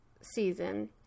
season